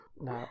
No